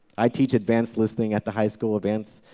i teach advanced listening at the high school events,